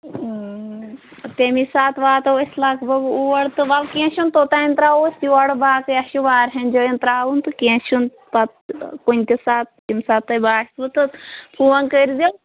تَمی ساتہٕ واتو أسۍ لگ بگ اور تہٕ وَلہٕ کیٚنٛہہ چھُنہٕ توٚتانۍ ترٛاوو أسۍ یورٕ باقٕے اَسہِ چھِ واریاہَن جایَن ترٛاوُن تہٕ کیٚنٛہہ چھُنہٕ پَتہٕ کُنہِ تہِ ساتہٕ ییٚمہِ ساتہٕ تۄہہِ باسوٕ تہٕ فون کٔرۍزیٚو